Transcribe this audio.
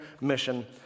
mission